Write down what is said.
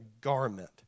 garment